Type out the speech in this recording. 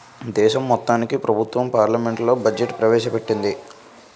దేశం మొత్తానికి ప్రభుత్వం పార్లమెంట్లో బడ్జెట్ ప్రవేశ పెట్టింది